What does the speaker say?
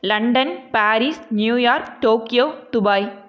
London Paris New York Tokyo Dubai